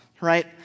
Right